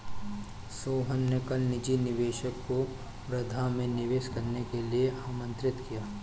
सोहन ने कल निजी निवेशक को वर्धा में निवेश करने के लिए आमंत्रित किया